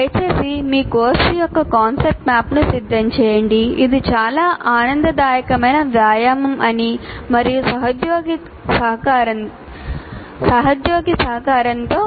దయచేసి మీ కోర్సు యొక్క కాన్సెప్ట్ మ్యాప్ను సిద్ధం చేయండి ఇది చాలా ఆనందదాయకమైన వ్యాయామం అని మరియు సహోద్యోగి సహకారంతో